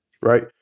right